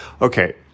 Okay